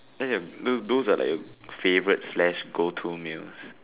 then those are like a favorite slash goal two meals